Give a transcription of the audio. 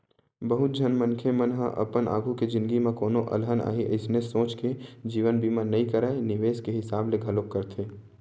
बहुत झन मनखे मन ह अपन आघु के जिनगी म कोनो अलहन आही अइसने सोच के जीवन बीमा नइ कारय निवेस के हिसाब ले घलोक करथे